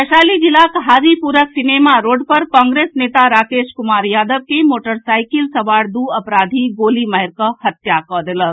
वैशाली जिलाक हाजीपुरक cinema road पर कांग्रेस नेता राकेश कुमार यादव के मोटरसाइकिल सवार दू अपराधी गोली मारि कऽ हत्या कऽ देलक